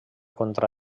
contra